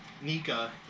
Nika